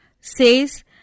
says